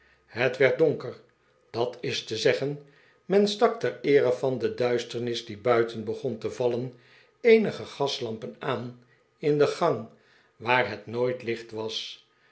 het werd donker dat is te zeggen men stak ter eere van de duisternis die buiten begon te vallen eenige gaslampen aan in de gang waar het nooit licht was